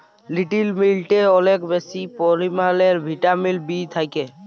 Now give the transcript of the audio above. little মিলেটে অলেক বেশি পরিমালে ভিটামিল বি থ্যাকে